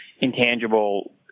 intangible